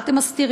מה אתם מסתירים?